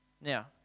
Now